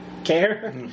care